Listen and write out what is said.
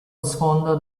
sfondo